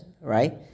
right